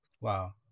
Wow